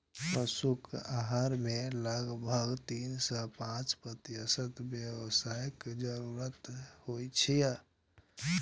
पशुक आहार मे लगभग तीन सं पांच प्रतिशत वसाक जरूरत होइ छै